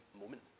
moment